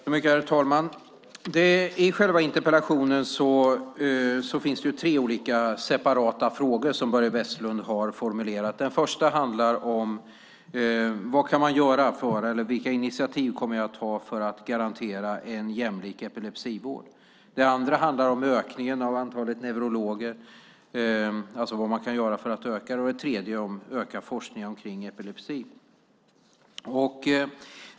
Herr talman! I själva interpellationen finns det tre separata frågor formulerade av Börje Vestlund. Den första handlar om vilka initiativ jag kommer att ta för att garantera en jämlik epilepsivård. Den andra handlar om vad man kan göra för att öka antalet neurologer. Den tredje handlar om vad man kan göra för att öka forskningen om epilepsi.